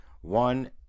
one